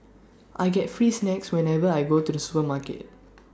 I get free snacks whenever I go to the supermarket